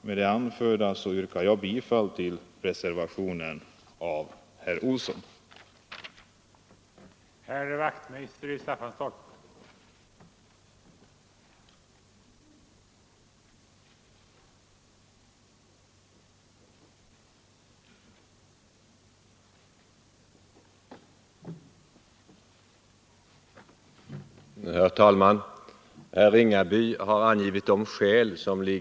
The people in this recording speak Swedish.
Med det anförda yrkar jag bifall till reservationen av herr Olsson i Stockholm.